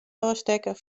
ôfstekken